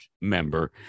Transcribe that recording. member